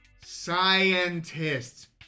Scientists